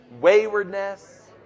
waywardness